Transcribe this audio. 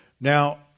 Now